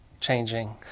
changing